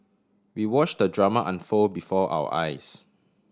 we watch the drama unfold before our eyes